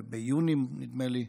ביוני, נדמה לי.